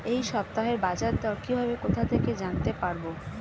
এই সপ্তাহের বাজারদর কিভাবে কোথা থেকে জানতে পারবো?